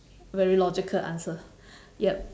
very logical answer yup